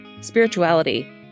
spirituality